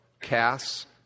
casts